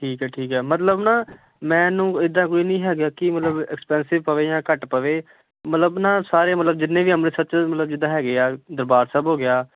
ਠੀਕ ਹੈ ਠੀਕ ਹੈ ਮਤਲਬ ਨਾ ਮੈਨੂੰ ਇੱਦਾਂ ਕੋਈ ਨਹੀਂ ਹੈਗਾ ਕਿ ਮਤਲਬ ਐਕਸਪੈਂਸਿਵ ਪਵੇ ਜਾਂ ਘੱਟ ਪਵੇ ਮਤਲਬ ਨਾ ਸਾਰੇ ਮਤਲਬ ਜਿੰਨੇ ਵੀ ਅੰਮ੍ਰਿਤਸਰ 'ਚ ਮਤਲਬ ਜਿੱਦਾਂ ਹੈਗੇ ਆ ਦਰਬਾਰ ਸਾਹਿਬ ਹੋ ਗਿਆ